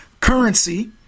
currency